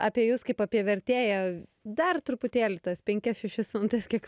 apie jus kaip apie vertėją dar truputėlį tas penkias šešias minutes kiek